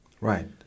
Right